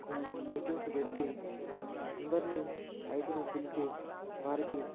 meetings పెట్టి అందరిని రైతులని పిలిచి వారికి